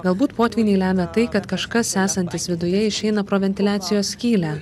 galbūt potvyniai lemia tai kad kažkas esantis viduje išeina pro ventiliacijos skylę